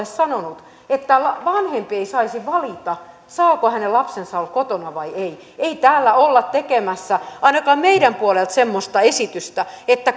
sanonut että vanhempi ei saisi valita saako hänen lapsensa olla kotona vai ei ei täällä olla tekemässä ainakaan meidän puoleltamme semmoista esitystä että